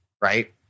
right